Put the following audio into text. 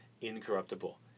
incorruptible